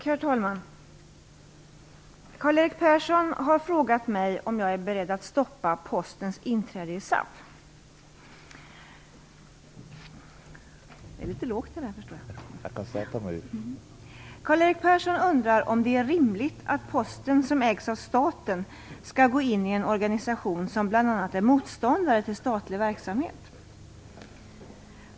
Herr talman! Karl-Erik Persson har frågat mig om jag är beredd att stoppa Postens inträde i SAF. Karl-Erik Persson undrar om det är rimligt att Posten som ägs av staten skall gå in i en organisation som bl.a. är motståndare till statlig verksamhet.